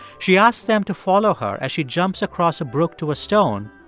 she asks them to follow her as she jumps across a brook to a stone.